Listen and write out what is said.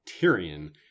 Tyrion